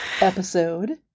episode